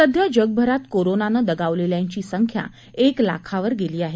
सध्या जगभरात कोरोनानं दगावलेल्यांची संख्या एक लाखावर गेली आहे